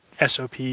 SOP